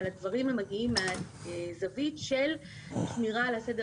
אבל הדברים מגיעים מהזווית של שמירה על הסדר